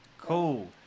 Cool